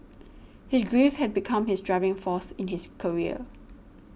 his grief had become his driving force in his career